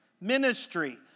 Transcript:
ministry